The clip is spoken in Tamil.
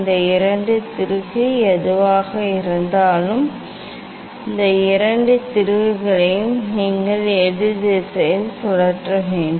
இந்த இரண்டு திருகு எதுவாக இருந்தாலும் இந்த இரண்டு திருகுகளையும் நீங்கள் எதிர் திசையில் சுழற்ற வேண்டும்